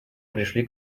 пришли